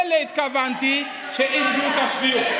לאלה התכוונתי, שאיבדו את השפיות.